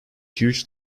huge